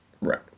right